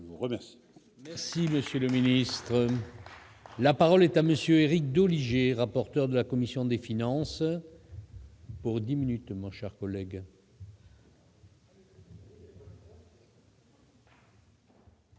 Je vous remercie